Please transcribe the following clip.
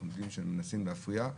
אנחנו שהם מנסים להפריע,